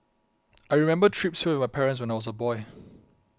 I remember trips here with my parents when I was a boy